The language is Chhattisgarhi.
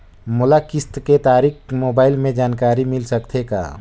मोला किस्त के तारिक मोबाइल मे जानकारी मिल सकथे का?